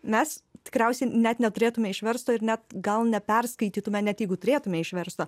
mes tikriausiai net neturėtume išversto ir net gal neperskaitytume net jeigu turėtume išverstą